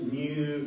new